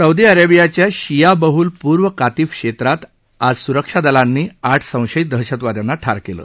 Saudi अरेबियाच्या शिया बहुल पूर्व कातिफ क्षेत्रात आज सुरक्षा दलांनी आठ संशयित दहशतवाद्यांना ठार केलं